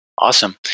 Awesome